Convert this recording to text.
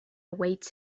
awaits